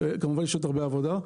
כמובן שיש עוד הרבה עבודה.